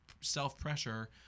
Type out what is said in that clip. self-pressure